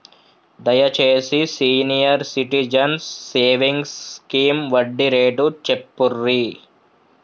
దయచేసి senior citizens savings scheme వడ్డీ rate చెప్పుర్రి